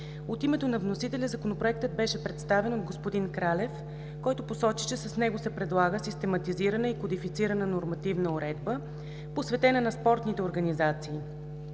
От името на вносителя Законопроектът беше представен от господин Кралев, който посочи, че с него се предлага систематизирана и кодифицирана нормативна уредба, посветена на спортните организации.